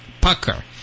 Pucker